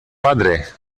padre